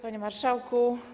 Panie Marszałku!